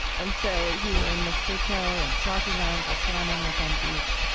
and so you were in lesotho and swaziland, botswana, mozambique.